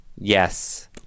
Yes